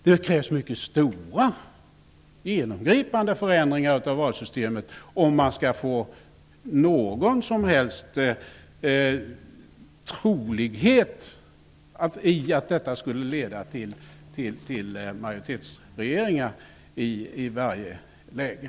Det krävs mycket stora och genomgripande förändringar av valsystemet om det skall leda till majoritetsregeringar i alla lägen.